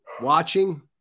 watching